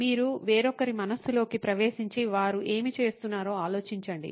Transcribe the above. మీరు వేరొకరి మనస్సులోకి ప్రవేశించి వారు ఏమి చేస్తున్నారో ఆలోచించండి